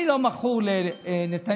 אני לא מכור לנתניהו,